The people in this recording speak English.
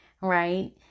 right